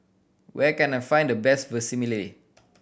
where can I find the best Vermicelli